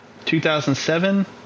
2007